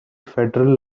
federal